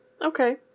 Okay